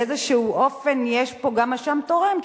באיזשהו אופן יש כאן גם אשם תורם.